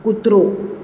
કૂતરો